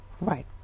Right